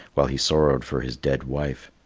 while he sorrowed for his dead wife.